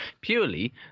purely